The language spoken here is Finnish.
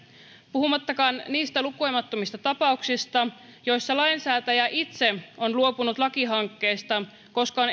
puhumattakaan niistä lukemattomista tapauksista joissa lainsäätäjä itse on luopunut lakihankkeista koska